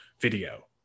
video